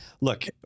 Look